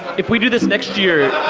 if with do this next year,